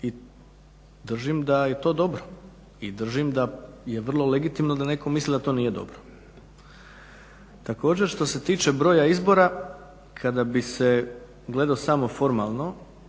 i držim da je to dobro, i držim da je vrlo legitimno da netko misli da to nije dobro. Također što se tiče broja izbora, kada bi se gledao samo formalno,